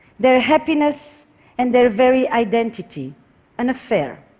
their happiness and their very identity an affair.